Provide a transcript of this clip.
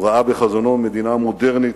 הוא ראה בחזונו מדינה מודרנית,